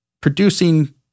Producing